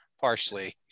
partially